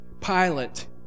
Pilate